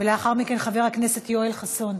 ולאחר מכן, חבר הכנסת יואל חסון.